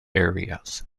areas